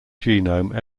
genome